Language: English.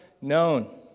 known